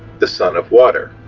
the son of water.